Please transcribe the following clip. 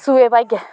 सोए पाइयै